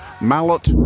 Mallet